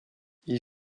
ils